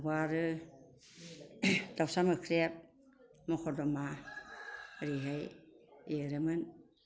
बहाबा आरो दावसा मोख्रेब मखर दमा ओरैहाय एरोमोन